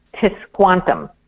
Tisquantum